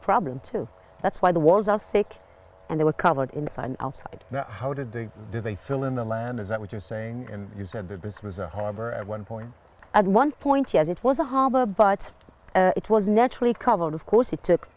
problem too that's why the walls are thick and they were covered inside and outside how did they do they fill in the land is that what you're saying and you said that this was a harbor at one point at one point yes it was a harbor but it was naturally covered of course it took